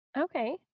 Okay